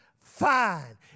fine